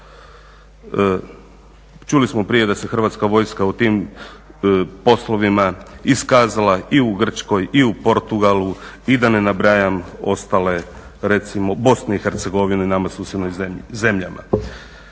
Čuli smo prije da se Hrvatska vojska u tim poslovima iskazala i u Grčkoj, i u Portugalu i da ne nabrajam ostale, recimo Bosni i Hercegovini i nama susjednim zemljama.